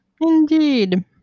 Indeed